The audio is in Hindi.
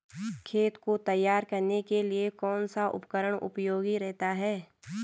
खेत को तैयार करने के लिए कौन सा उपकरण उपयोगी रहता है?